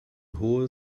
hohe